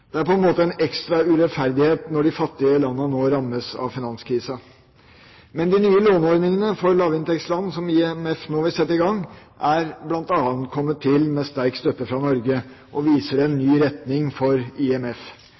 Det er på en måte en ekstra urettferdighet når de fattige landene nå rammes av finanskrisen. Men de nye låneordningene for lavinntektsland som IMF nå vil sette i gang, er bl.a. kommet til med sterk støtte fra Norge og viser en ny retning for IMF.